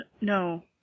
No